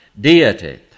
deity